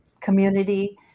community